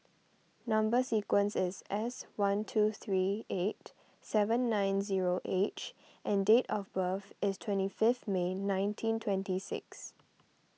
Number Sequence is S one two three eight seven nine zero H and date of birth is twenty fifth May nineteen twenty six